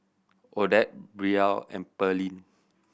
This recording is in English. Odette Brielle and Pearline